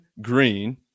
Green